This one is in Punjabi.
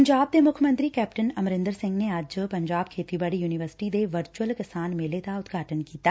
ਪੰਜਾਬ ਦੇ ਮੁੱਖ ਮੰਤਰੀ ਕੈਪਟਨ ਅਮਰਿੰਦਰ ਸਿੰਘ ਨੇ ਅੱਜ ਪੰਜਾਬ ਖੇਡੀਬਾਡੀ ਯੁਨੀਵਰਸਿਟੀ ਦੇ ਵਰਚੁਅਲ ਕਿਸਾਨ ਮੇਲੇ ਦਾ ਉਦਘਾਟਨ ਕੀਤਾ